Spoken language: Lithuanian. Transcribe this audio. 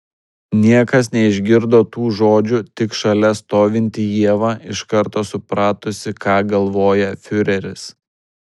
niekas neišgirdo tų žodžių tik šalia stovinti ieva iš karto supratusi ką galvoja fiureris